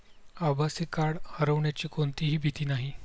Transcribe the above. आभासी कार्ड हरवण्याची कोणतीही भीती नाही